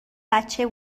بچه